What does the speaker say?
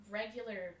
regular